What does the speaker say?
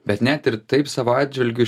bet net ir taip savo atžvilgiu